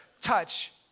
touch